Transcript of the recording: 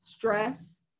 Stress